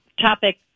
topic